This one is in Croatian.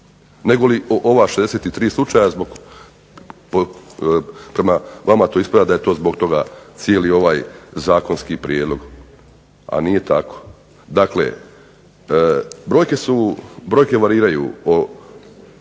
negoli o ova 63 slučaja. Prema vama to ispada da je to zbog toga cijeli ovaj zakonski prijedlog, a nije tako. Dakle, brojke variraju u